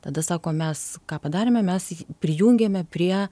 tada sako mes ką padarėme mes prijungiame prie